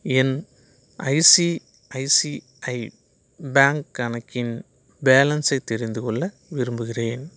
என் ICICI bank கணக்கின் பேலன்ஸை தெரிந்துக் கொள்ள விரும்புகிறேன்